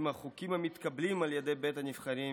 אם החוקים המתקבלים על ידי בית הנבחרים,